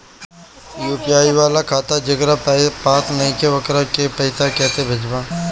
UPI वाला खाता जेकरा पास नईखे वोकरा के पईसा कैसे भेजब?